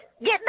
get